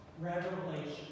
revelation